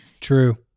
True